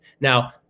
Now